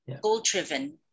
goal-driven